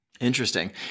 Interesting